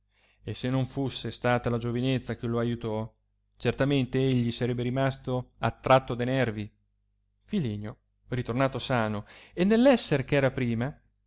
e se non fusse stata la giovenezza che lo aiutò certamente egli sarebbe rimaso attratto de nervi filenio ritornato sano e nell esser che era prima